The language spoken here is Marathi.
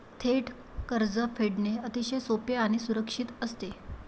थेट कर्ज फेडणे अतिशय सोपे आणि सुरक्षित असते